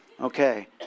Okay